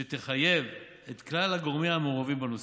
שתחייב את כלל הגורמים המעורבים בנושא.